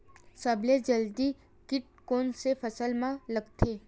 सबले जल्दी कीट कोन से फसल मा लगथे?